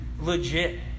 legit